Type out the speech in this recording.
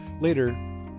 Later